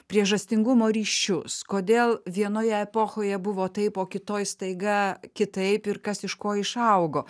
priežastingumo ryšius kodėl vienoje epochoje buvo taip o kitoj staiga kitaip ir kas iš ko išaugo